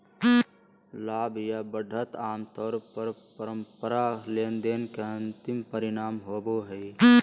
लाभ या बढ़त आमतौर पर परस्पर लेनदेन के अंतिम परिणाम होबो हय